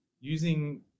using